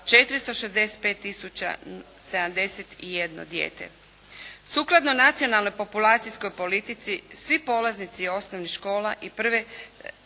71 dijete. Sukladno nacionalnoj populacijskoj politici svi polaznici osnovnih škola i prve,